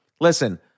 listen